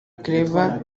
claver